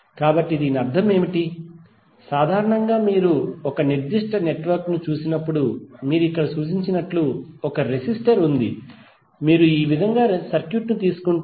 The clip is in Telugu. కాబట్టి దీని అర్థం ఏమిటి సాధారణంగా మీరు ఒక నిర్దిష్ట నెట్వర్క్ ను చూసినప్పుడు మీరు ఇక్కడ సూచించినట్లు ఒక రెసిస్టర్ ఉంది మీరు ఈ విధంగా సర్క్యూట్ తీసుకుంటే